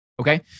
Okay